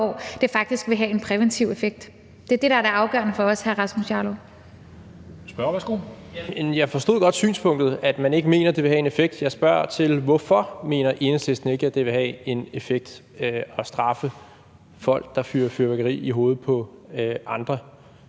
Kl. 11:21 Rasmus Jarlov (KF): Jeg forstod godt synspunktet, nemlig at man ikke mener, at det vil have en effekt. Jeg spørger til, hvorfor Enhedslisten ikke mener, at det vil have en effekt at straffe folk, der fyrer fyrværkeri af i hovedet på andre,